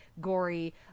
gory